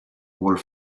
vuol